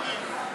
לפרוטוקול, השר,